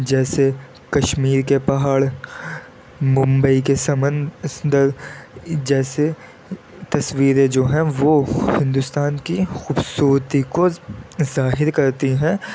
جیسے کشمیر کے پہاڑ ممبئی کے سمندر جیسے تصویریں جو ہیں وہ ہندوستان کی خوبصورتی کو ظاہر کرتی ہیں